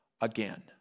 again